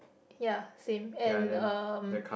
ya same and um